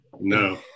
No